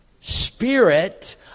Spirit